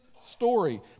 story